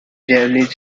javanese